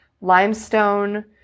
limestone